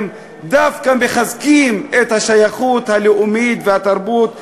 דווקא מחזקים את השייכות הלאומית והתרבות שלהם.